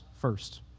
first